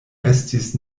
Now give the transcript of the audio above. estis